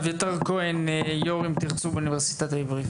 אביתר כהן יו"ר אם תרצו, באוניברסיטת העברית.